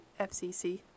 FCC